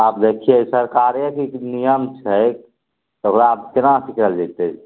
आब देखिए सरकारेके नियम छै तब ओकरा केना ठुकरायल जैते